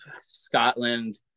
scotland